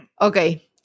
Okay